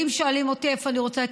אם שואלים אותי איפה אני רוצה את